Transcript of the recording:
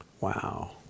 Wow